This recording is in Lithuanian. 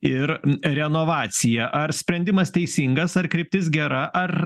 ir renovacija ar sprendimas teisingas ar kryptis gera ar